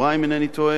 אם אינני טועה,